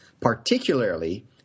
particularly